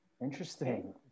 Interesting